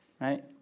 right